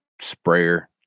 sprayer